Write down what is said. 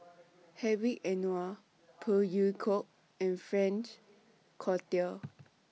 Hedwig Anuar Phey Yew Kok and Frank Cloutier